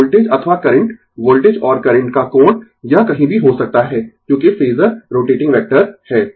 तो वोल्टेज अथवा current voltage और करंट का कोण यह कहीं भी हो सकता है क्योंकि फेजर रोटेटिंग वेक्टर है